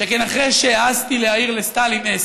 שכן אחרי שהעזתי להעיר לסטלין אה,